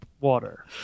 water